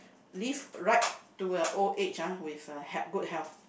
live right to a old age ah with a health good health